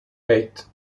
eight